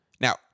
Now